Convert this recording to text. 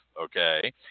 okay